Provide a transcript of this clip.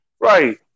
Right